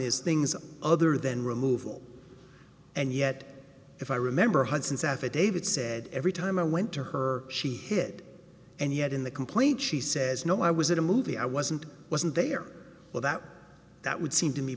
is things other than removal and yet if i remember hudson south a david said every time i went to her she hid and yet in the complaint she says no i was in a movie i wasn't wasn't there well that that would